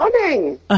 morning